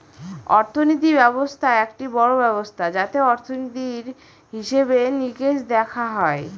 অর্থনীতি ব্যবস্থা একটি বড়ো ব্যবস্থা যাতে অর্থনীতির, হিসেবে নিকেশ দেখা হয়